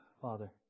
Father